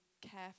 care